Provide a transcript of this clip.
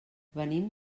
venim